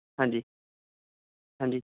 ਹਾਂਜੀ ਹਾਂਜੀ